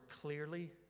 clearly